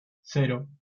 cero